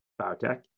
biotech